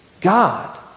God